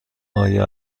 آیا